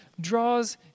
draws